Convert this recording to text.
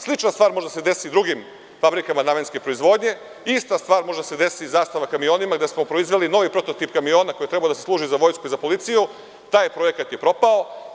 Slična stvar može da se desi drugim fabrikama namenske proizvodnje, ista stvar može da se desi „Zastava“ kamionima, gde smo proizveli novi prototip kamiona koji je trebalo da služi za vojsku i policiju, taj projekat je propao.